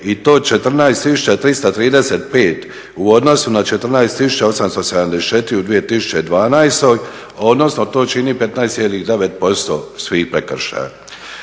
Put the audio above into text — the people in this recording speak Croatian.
i to 14335 u odnosu na 14874 u 2012. odnosno to čini 15,9% svih prekršaja.